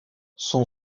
son